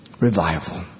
Revival